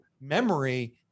memory